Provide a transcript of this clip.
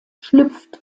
schlüpft